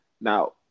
Now